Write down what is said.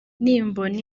nimbona